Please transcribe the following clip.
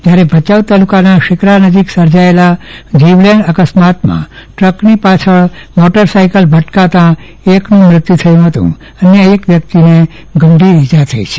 જયારે ભચાઉ તાલુકામાં શિકરા નજીક સર્જાયેલા જીવલેણ અકસ્માતમાં ટ્રકની પાછળ મોટર સાઈકલ અથડાતા એક યુવાનનું મૃત્યુ થયું હતું અને અન્ય એક વ્યક્તિને ગંભીર ઈજાઓ થઇ હતી